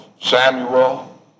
Samuel